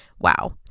Wow